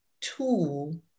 tool